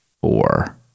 four